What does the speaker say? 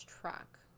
truck